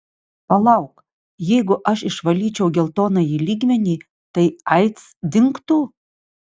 palauk jeigu aš išvalyčiau geltonąjį lygmenį tai aids dingtų